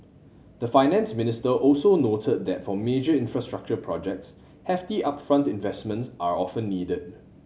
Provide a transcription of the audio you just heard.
the Finance Minister also noted that for major infrastructure projects hefty upfront investments are often needed